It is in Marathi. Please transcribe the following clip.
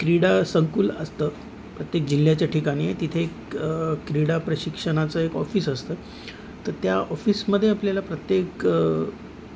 क्रीडा संकुल असतं प्रत्येक जिल्ह्याच्या ठिकाणी तिथे एक क्रीडा प्रशिक्षणाचं एक ऑफिस असतं तर त्या ऑफिसमध्ये आपल्याला प्रत्येक